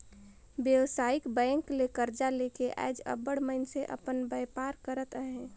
बेवसायिक बेंक ले करजा लेके आएज अब्बड़ मइनसे अपन बयपार करत अहें